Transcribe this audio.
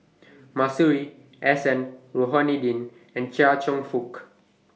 Masuri S N Rohani Din and Chia Cheong Fook